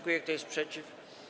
Kto jest przeciw?